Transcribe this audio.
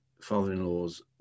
father-in-law's